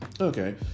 Okay